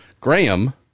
Graham